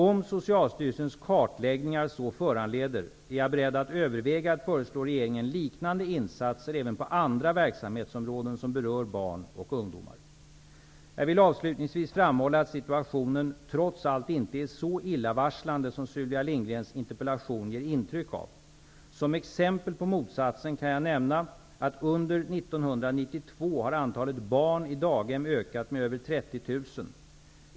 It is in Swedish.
Om Socialstyrelsens kartläggningar så föranleder, är jag beredd att överväga att föreslå regeringen liknande insatser även på andra verksamhetsområden som berör barn och ungdomar. Jag vill avslutningsvis framhålla att situationen trots allt inte är så illavarslande som Sylvia Lindgrens interpellation ger ett intryck av. Som exempel på motsatsen kan jag nämna att under 1992 har antalet barn i daghem ökat med över 30 000.